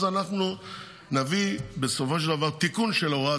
אז אנחנו נביא בסופו של דבר תיקון של הוראת